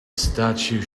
statue